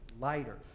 lighter